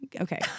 Okay